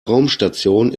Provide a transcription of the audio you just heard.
raumstation